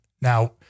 Now